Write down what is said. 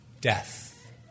death